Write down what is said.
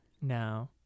no